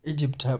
Egypt